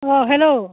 अह hello